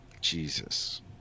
Jesus